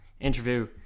interview